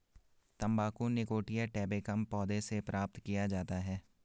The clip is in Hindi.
तंबाकू निकोटिया टैबेकम पौधे से प्राप्त किया जाता है